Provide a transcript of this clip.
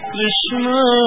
Krishna